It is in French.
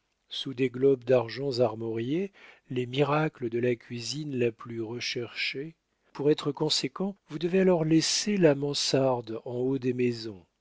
sous des globes d'argent armoriés les miracles de la cuisine la plus recherchée pour être conséquent vous devez alors laisser la mansarde en haut des maisons